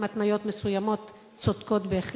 עם התניות מסוימות צודקות בהחלט,